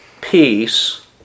peace